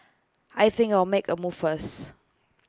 I think I'll make A move first